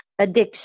addiction